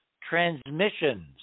transmissions